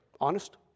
honest